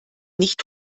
nicht